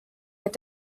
mit